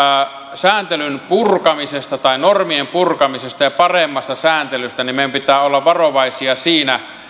sääntelyn purkamisesta tai normien purkamisesta ja paremmasta sääntelystä niin meidän pitää olla varovaisia siinä